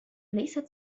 ليست